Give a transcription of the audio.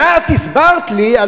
ואת הסברת לי,